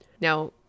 now